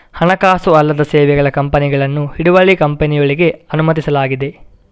ಹಣಕಾಸು ಅಲ್ಲದ ಸೇವೆಗಳ ಕಂಪನಿಗಳನ್ನು ಹಿಡುವಳಿ ಕಂಪನಿಯೊಳಗೆ ಅನುಮತಿಸಲಾಗಿದೆ